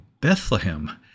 Bethlehem